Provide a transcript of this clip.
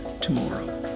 tomorrow